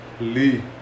Lee